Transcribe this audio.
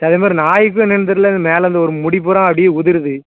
அதே மாதிரி நாயிக்கும் என்னென்னு தெரியலை மேலேயிருந்த ஒரு முடி பூராக அப்படியே உதுருது